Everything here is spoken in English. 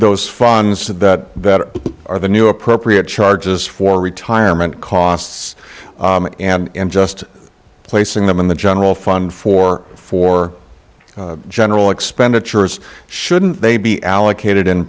those funds that are the new appropriate charges for retirement costs and just placing them in the general fund for four general expenditures shouldn't they be allocated in